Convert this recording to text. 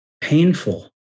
painful